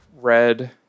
red